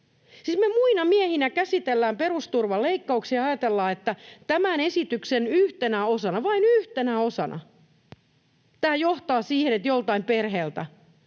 me muina miehinä käsitellään perusturvan leikkauksia ja ajatellaan, että tämän esityksen yhtenä osana — vain yhtenä osana — tämä johtaa siihen, että joltain perheeltä